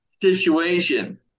situation